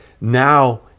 now